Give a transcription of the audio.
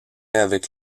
avec